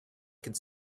could